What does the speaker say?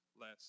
less